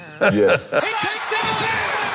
Yes